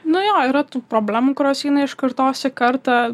nu jo yra tų problemų kurios eina iš kartos į kartą